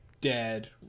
dead